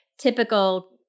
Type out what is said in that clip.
typical